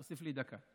תוסיף לי דקה.